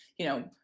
you know,